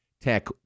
Tech